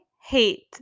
hate